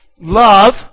love